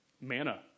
Manna